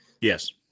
yes